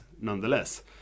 nonetheless